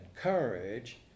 courage